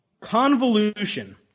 convolution